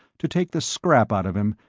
to take the scrap out of him,